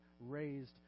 raised